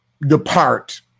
depart